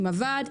עם הוועד,